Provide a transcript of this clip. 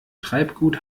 treibgut